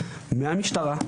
מהמשטרה,